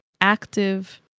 active